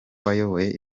wayoboye